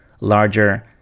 larger